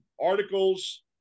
articles